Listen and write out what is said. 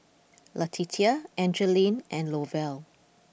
Letitia Angeline and Lovell